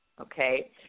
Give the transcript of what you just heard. Okay